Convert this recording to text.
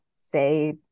say